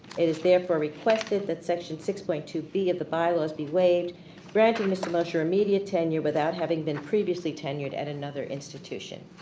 it is therefore requested that section six point two b of the bylaws be waived granting mr. mosher immediate tenure without having been previously tenured at another institution.